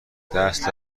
دست